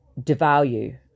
devalue